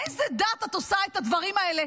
איזו דת את עושה את הדברים האלה,